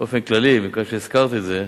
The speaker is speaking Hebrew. באופן כללי, מפני שהזכרת את זה,